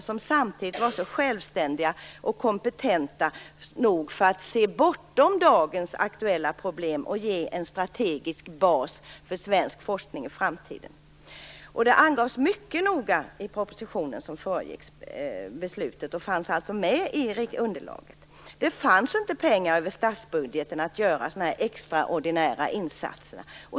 De skulle samtidigt vara så självständiga och kompetenta att de kunde se bortom dagens aktuella problem och ge en strategisk bas för svensk forskning i framtiden. Det angavs mycket noga i den proposition som föregick beslutet. Det fanns inte pengar att över statsbudgeten göra extraordinära insatser.